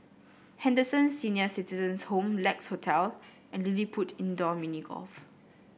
Henderson Senior Citizens' Home Lex Hotel and LilliPutt Indoor Mini Golf